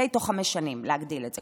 תוך חמש שנים להגדיל את זה.